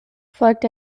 folgt